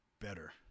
better